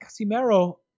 Casimero